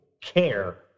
care